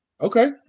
Okay